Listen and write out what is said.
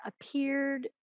appeared